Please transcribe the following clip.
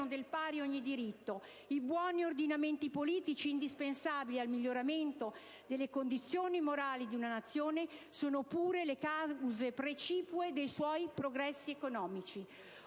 del pari ogni diritto, i buoni ordinamenti politici, indispensabili al miglioramento delle condizioni morali di una nazione, sono pure le cause precipue dei suoi progressi economici».